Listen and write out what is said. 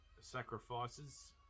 Sacrifices